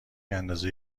اندازه